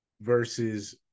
Versus